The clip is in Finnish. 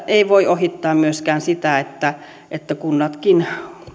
ei voi ohittaa myöskään sitä että että kunnatkin